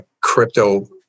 crypto